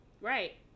Right